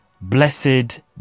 blessed